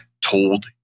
told